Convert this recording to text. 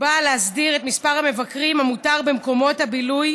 רישוי עסקים (תיקון, תפוסה מרבית במקומות בילוי